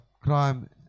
crime